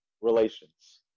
relations